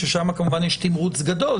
ששם כמובן יש תמרוץ גדול,